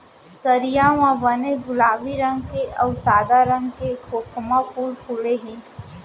तरिया म बने गुलाबी रंग के अउ सादा रंग के खोखमा फूल फूले हे